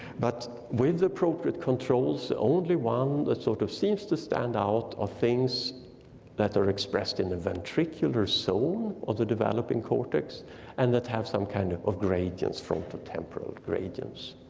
but with appropriate controls, only one that sort of seems to stand out or things that are expressed in a ventricular soul of the developing cortex and that have some kind of of gradients from the temporal gradients.